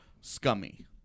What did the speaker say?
scummy